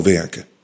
werken